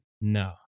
No